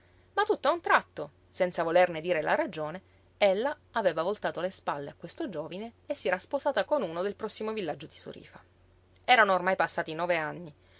innamorato ma tutt'a un tratto senza volerne dire la ragione ella aveva voltato le spalle a questo giovine e si era sposata con uno del prossimo villaggio di sorífa erano ormai passati nove anni